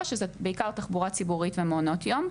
שזה בעיקר תחבורה ציבורית ומעונות יום.